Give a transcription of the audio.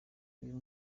uyu